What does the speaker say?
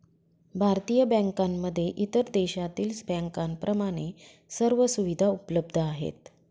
भारतीय बँकांमध्ये इतर देशातील बँकांप्रमाणे सर्व सुविधा उपलब्ध आहेत